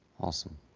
Awesome